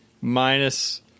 minus